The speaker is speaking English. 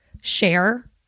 share